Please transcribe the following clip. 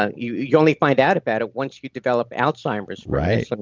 ah you you only find out about it once you develop alzheimer's right, like